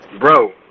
bro